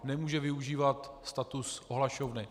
Nemůže využívat status ohlašovny.